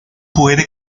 puede